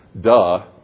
duh